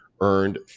Earned